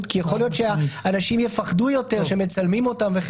כי יכול להיות שאנשים יפחדו יותר שמצלמים אותם.